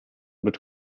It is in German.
mit